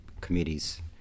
committees